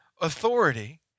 authority